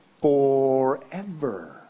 forever